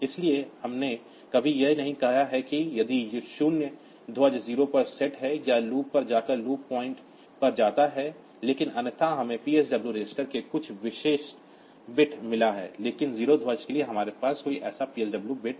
इसलिए हमने कभी यह नहीं कहा है कि यदि शून्य ध्वज 0 पर सेट है या लूप पर जाकर लूप पॉइंट पर जाता है लेकिन अन्यथा हमें PSW रजिस्टर में कुछ विशिष्ट बिट मिला है लेकिन 0 ध्वज के लिए हमारे पास ऐसा कोई PSW नहीं है बिट